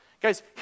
Guys